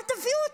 אל תביאו אותם.